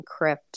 encrypt